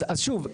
אז שוב,